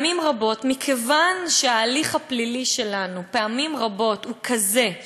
ומכיוון שההליך הפלילי שלנו פעמים רבות הוא כזה,